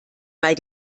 bei